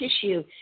tissue